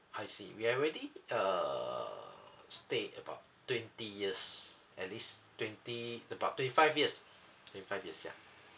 I see we already err stayed about twenty years at least twenty about twenty five years twenty five years yeah